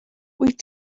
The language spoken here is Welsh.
wyt